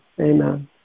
Amen